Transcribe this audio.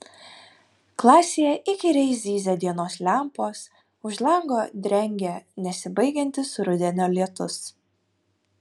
klasėje įkyriai zyzia dienos lempos už lango drengia nesibaigiantis rudenio lietus